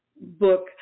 book